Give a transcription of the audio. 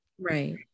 right